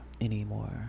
anymore